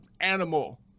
animal